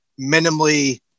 minimally